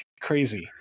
crazy